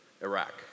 Iraq